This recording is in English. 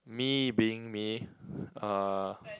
me being me uh